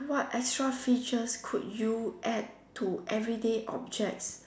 what extra features could you add to everyday objects